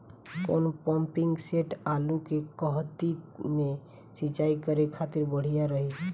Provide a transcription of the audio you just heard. कौन pumping set आलू के कहती मे सिचाई करे खातिर बढ़िया रही?